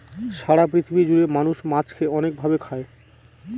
সারা পৃথিবী জুড়ে মানুষ মাছকে অনেক ভাবে খায়